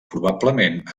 probablement